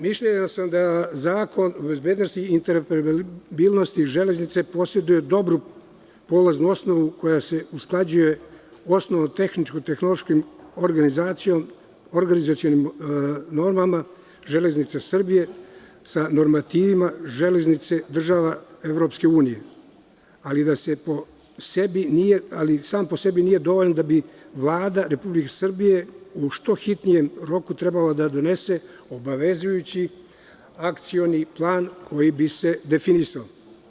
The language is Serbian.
Mišljenja sam da Zakon o bezbednosti i interoperabilnosti železnice poseduje dobru polaznu koja se usklađuje osnovnom tehničkom, tehnološkom organizacijom, organizacionim normama „Železnica Srbija“ sa normativima železnice država EU, ali sam po sebi nije dovoljan, pa bi Vlada Republike Srbije u što hitnijem roku trebalo da donese obavezujući akcioni plan kojim bi se definisao.